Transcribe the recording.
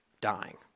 dying